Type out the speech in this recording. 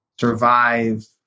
survive